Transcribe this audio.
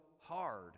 hard